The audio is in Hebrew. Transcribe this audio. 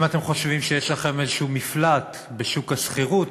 אם אתם חושבים שיש לכם איזשהו מפלט בשוק השכירות,